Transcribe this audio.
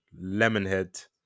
Lemonhead